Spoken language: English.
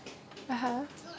ah ha